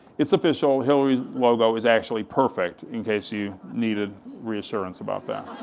it's official, hillary logo is actually perfect in case you needed reassurance about that,